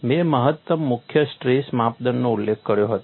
મેં મહત્તમ મુખ્ય સ્ટ્રેસ માપદંડનો ઉલ્લેખ કર્યો હતો